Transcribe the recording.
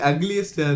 Ugliest